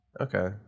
Okay